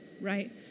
right